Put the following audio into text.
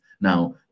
Now